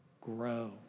grow